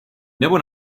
nebo